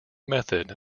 method